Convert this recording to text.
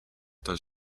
does